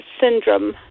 syndrome